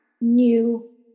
new